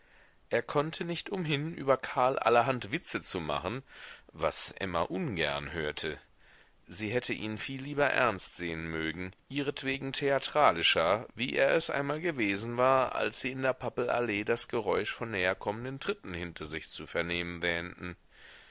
er konnte nicht umhin über karl allerhand witze zu machen was emma ungern hörte sie hätte ihn viel lieber ernst sehen mögen ihretwegen theatralischer wie er es einmal gewesen war als sie in der pappelallee das geräusch von näherkommenden tritten hinter sich zu vernehmen wähnten